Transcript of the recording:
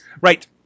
Right